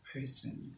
person